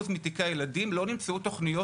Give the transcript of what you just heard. ב-80% מתיקי הילדים לא נמצאו תוכניות